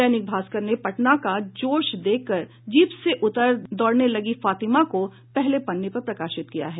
दैनिक भास्कर ने पटना का जोश देखकर जीप से उतर दौड़ने लगी फातिमा को पहले पन्ने पर प्रकाशित किया है